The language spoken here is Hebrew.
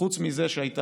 ומספרים לנו שהכול עובד.